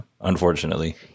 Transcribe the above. Unfortunately